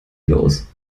los